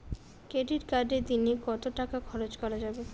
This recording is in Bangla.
ক্রেডিট কার্ডে দিনে কত টাকা খরচ করা যাবে?